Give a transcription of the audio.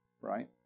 Right